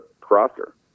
crosser